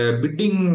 bidding